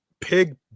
pig